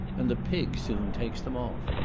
and the pigs soon takes them off.